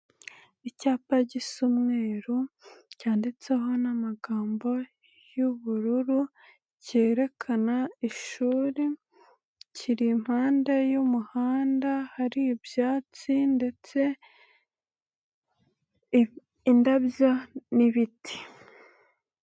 Icyapa gisa umwero cyanditseho n'amagambo y'ubururu kerekana ishuri kiri impande y'umuhanda hari ibyatsi ndetse indabyo n'ibiti.